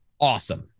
awesome